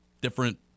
different